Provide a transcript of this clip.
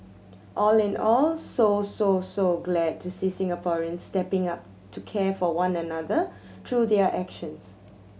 all in all so so so glad to see Singaporeans stepping up to care for one another through their actions